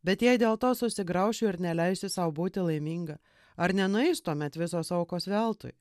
bet jei dėl to susigraušiu ir neleisiu sau būti laiminga ar nenueis tuomet visos aukos veltui